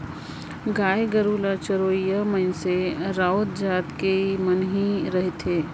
गाय गरू ल चरोइया मइनसे राउत जाएत कर मन ही रहथें